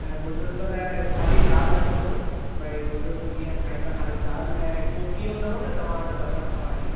ऐं बुर्ज़ुग लाइ ख़ाली दालि रखिजो भई बुर्ज़ुग कींअं खाईंदा ख़ाली दालि ऐं कोकी हूंदव न तव्हां वटि बसर वारी